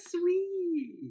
sweet